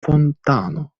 fontano